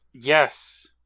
Yes